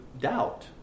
doubt